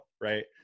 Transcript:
right